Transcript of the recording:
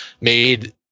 made